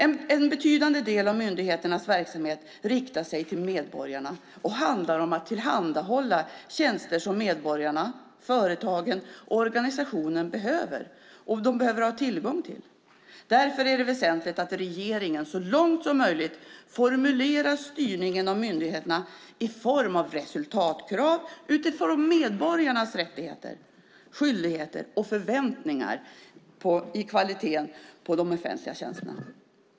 En betydande del av myndigheternas verksamhet riktar sig till medborgarna och handlar om att tillhandahålla tjänster som medborgarna, företagen och organisationerna behöver ha tillgång till. Därför är det väsentligt att regeringen så långt som möjligt formulerar styrningen av myndigheterna i form av resultatkrav utifrån medborgarnas rättigheter, skyldigheter och förväntningar på kvaliteten i de offentliga tjänsterna.